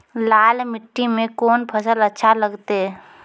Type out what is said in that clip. लाल मिट्टी मे कोंन फसल अच्छा लगते?